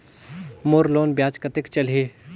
मोर loan ब्याज कतेक चलही?